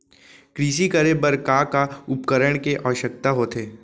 कृषि करे बर का का उपकरण के आवश्यकता होथे?